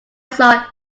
saw